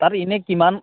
তাত এনে কিমান